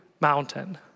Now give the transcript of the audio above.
mountain